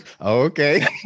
okay